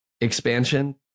expansion